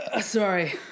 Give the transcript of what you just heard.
Sorry